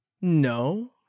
No